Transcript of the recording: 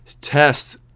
tests